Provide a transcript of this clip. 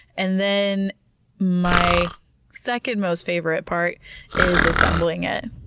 and, then my second most favorite part is assembling it,